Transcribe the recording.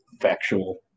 Factual